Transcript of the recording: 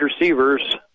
receivers